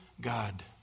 God